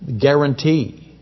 guarantee